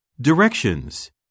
Directions